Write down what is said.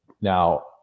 Now